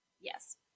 yes